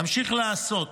נמשיך לעשות